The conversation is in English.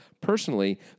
personally